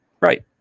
Right